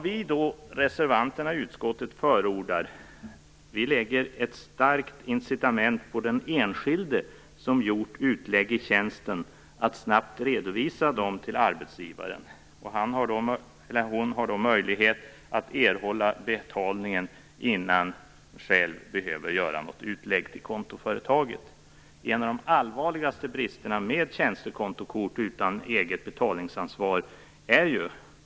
Vi reservanter i utskottet förordar att ett starkt incitament läggs på den enskilde som gjort utlägg i tjänsten att snabbt redovisa dessa till arbetsgivaren. Den anställde har då möjlighet att erhålla betalning innan han eller hon själv behövt göra något utlägg till kontoföretaget. En av de allvarligaste bristerna med tjänstekort utan eget betalningsansvar är just detta.